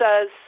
says